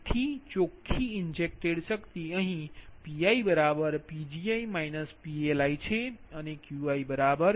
તેથી ચોખ્ખી ઇન્જેક્ટેડ શક્તિ અહીં Pi Pgi PLi છે